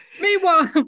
Meanwhile